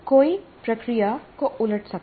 कोई प्रक्रिया को उलट सकता है